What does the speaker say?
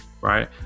Right